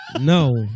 No